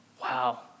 Wow